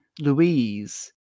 Louise